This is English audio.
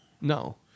No